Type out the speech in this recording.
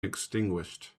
extinguished